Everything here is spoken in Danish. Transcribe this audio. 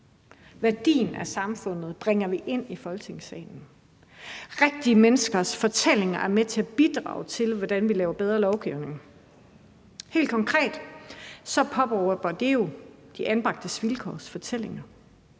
Værdien af samfundet bringer vi ind i Folketingssalen, rigtige menneskers fortællinger er med til at bidrage til, hvordan vi laver bedre lovgivning. Helt konkret handler det jo om de anbragtes vilkårs fortællinger.